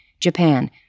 Japan